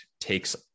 takes